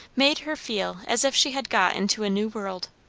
made her feel as if she had got into a new world.